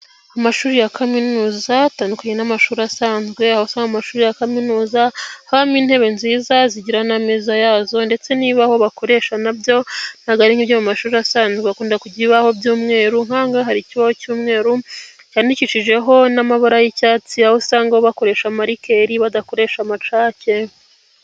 Amashuri ya kaminuza atandukanye n'amashuri asanzwe, aho usanga mu mashuri ya kaminuza habamo intebe nziza zigira n'ameza yazo, ndetse nibibaho bakoresha nabyo ntago ari nk'ibyo mu mashuri asanzwe, bakunda kujyira ibibaho by'umweru nkangaha hari icyibaho cyumweru cyanikishijeho n'amabara y'icyatsi aho usanga bakoresha marikeri badakoresha amacake.